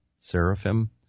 seraphim